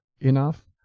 enough